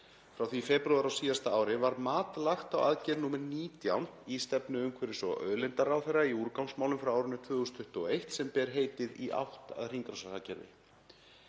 frá því í febrúar á síðasta ári, var mat lagt á aðgerð nr. 19 í stefnu umhverfis- og auðlindaráðherra í úrgangsmálum frá árinu 2021 sem ber heitið Í átt að hringrásarhagkerfi.